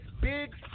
big